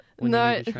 No